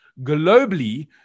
globally